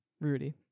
rudy